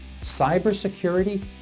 Cybersecurity